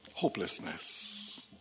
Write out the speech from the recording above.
Hopelessness